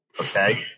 Okay